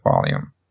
volume